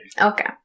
Okay